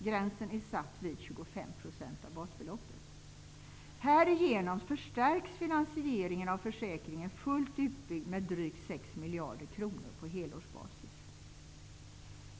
Gränsen är satt vid 25 % av basbeloppet. Härigenom förstärks finansieringen av försäkringen fullt utbyggd med drygt 6 miljarder kronor på helårsbasis.